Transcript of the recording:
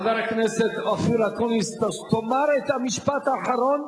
חבר הכנסת אופיר אקוניס, תאמר את המשפט האחרון